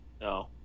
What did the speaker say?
No